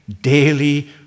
daily